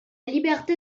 liberté